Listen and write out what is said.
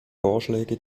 vorschläge